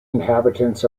inhabitants